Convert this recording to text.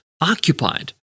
occupied